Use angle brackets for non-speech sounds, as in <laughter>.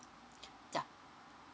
<breath> yeah